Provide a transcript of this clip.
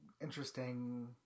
interesting